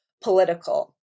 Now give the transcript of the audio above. political